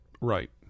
Right